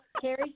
Carrie